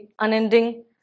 Unending